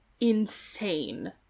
insane